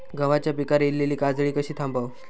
गव्हाच्या पिकार इलीली काजळी कशी थांबव?